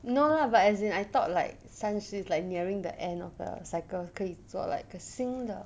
no but as in I thought like 三十 is like nearing the end of a cycle 可以做 like 一个新的